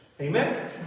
Amen